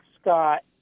Scott